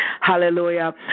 Hallelujah